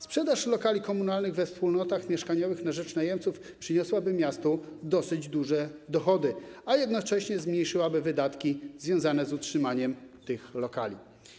Sprzedaż lokali komunalnych we wspólnotach mieszkaniowych na rzecz najemców przyniosłaby miastu dosyć duże dochody, a jednocześnie zmniejszyłaby wydatki związane z utrzymaniem tych lokali.